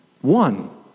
One